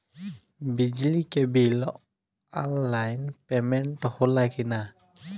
बिजली के bill online payment होला कि ना?